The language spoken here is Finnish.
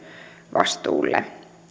vastuulle